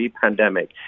pandemic